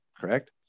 correct